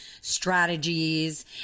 strategies